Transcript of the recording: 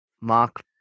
mark